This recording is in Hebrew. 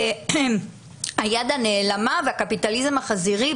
היד הנעלמה והקפיטליזם החזירי,